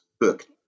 book